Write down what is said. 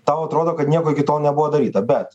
tau atrodo kad nieko iki tol nebuvo daryta bet